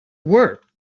work